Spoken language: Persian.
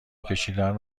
کشیدن